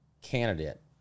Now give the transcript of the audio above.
candidate